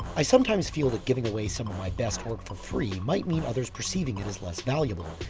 i sometimes feel that giving away some of my best work for free might mean others perceiving it as less valuable.